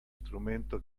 strumento